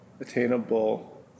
attainable